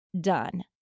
done